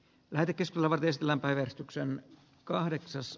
värikäs lavatestillä päivystyksen kahdeksas